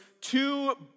two